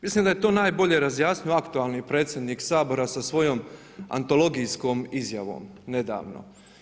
Mislim da je to najbolje razjasniti aktualni predsjednik Sabora sa svojom antologijskom izjavom nedavno.